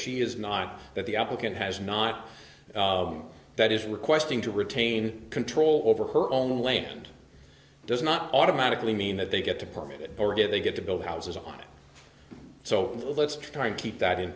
she is not that the applicant has not that is requesting to retain control over her own land does not automatically mean that they get the permit or get they get to build houses on it so let's try and keep that in